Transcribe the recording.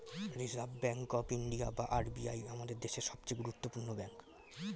reserve bank of India বা RBI আমাদের দেশের সবচেয়ে গুরুত্বপূর্ণ ব্যাঙ্ক